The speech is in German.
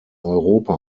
europa